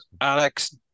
Alex